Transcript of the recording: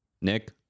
Nick